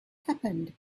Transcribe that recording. happened